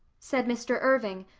said mr. irving,